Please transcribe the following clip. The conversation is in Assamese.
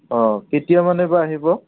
অঁ কেতিয়া মানে বা আহিব